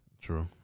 True